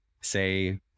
say